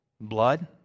Blood